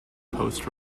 post